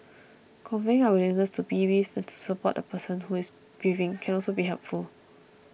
conveying our willingness to be with and to support the person who is grieving can also be helpful